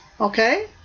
okay